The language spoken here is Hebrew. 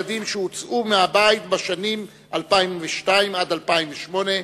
הילדים שהוצאו מהבית בשנים 2002 2008,